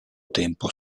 tempo